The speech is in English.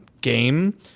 game